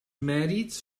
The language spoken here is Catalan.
mèrits